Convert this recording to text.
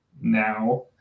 now